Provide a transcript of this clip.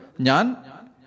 Nyan